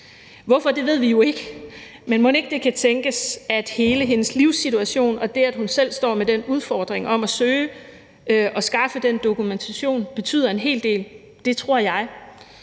Hvorfor ved vi jo ikke, men mon ikke det kan tænkes, at hele hendes livssituation og det, at hun selv står med den udfordring med at søge og skaffe den dokumentation, betyder en hel del. Det tror jeg.